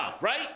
right